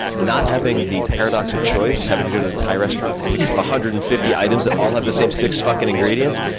not having the paradox of choice, having to go to the thai restaurant and pick from one ah hundred and fifty items that all have the same six fucking ingredients?